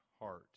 heart